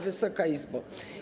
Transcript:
Wysoka Izbo!